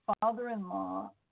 father-in-law